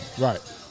Right